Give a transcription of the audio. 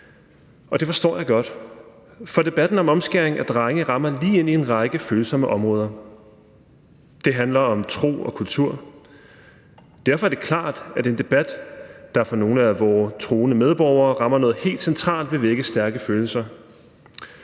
og det forstår jeg godt, for debatten om omskæring af drenge rammer lige ind en række følsomme områder. Det handler om tro og kultur. Derfor er det klart, at en debat, der for nogle af vore troende medborgere rammer noget helt centralt, vil vække stærke følelser.